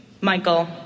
Michael